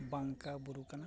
ᱵᱟᱝᱠᱟ ᱵᱩᱨᱩ ᱠᱟᱱᱟ